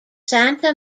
santa